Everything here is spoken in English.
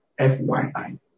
FYI